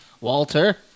Walter